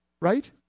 right